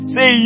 Say